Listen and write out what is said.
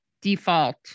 default